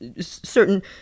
Certain